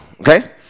Okay